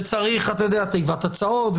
שצריך תיבת הצעות,